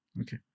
Okay